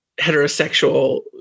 heterosexual